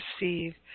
receive